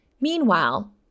Meanwhile